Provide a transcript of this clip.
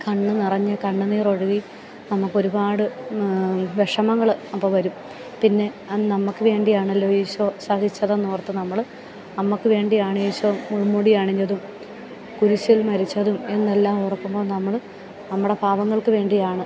കണ്ണ് നിറഞ്ഞ് കണ്ണുനീരൊഴുകി നമുക്കൊരുപാട് വിഷമങ്ങൾ അപ്പം വരും പിന്നെ നമുക്ക് വേണ്ടിയാണല്ലോ ഈശോ സഹിച്ചതെന്നോർത്ത് നമ്മൾ നമുക്ക് വേണ്ടിയാണീശോ മുൾമുടി അണിഞ്ഞതും കുരിശിൽ മരിച്ചതും എന്നെല്ലാം ഓർക്കുമ്പോൾ നമ്മൾ നമ്മുടെ പാപങ്ങൾക്ക് വേണ്ടിയാണ്